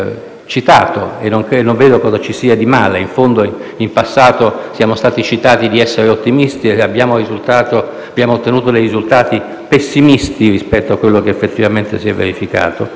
citato, e non vedo cosa ci sia di male - in fondo, in passato, siamo stati tacciati di essere ottimisti, ma alla luce dei risultati siamo stati pessimisti rispetto a quello che effettivamente si è verificato